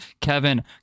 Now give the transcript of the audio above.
Kevin